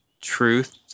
truth